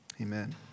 Amen